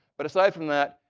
but aside from that,